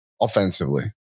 offensively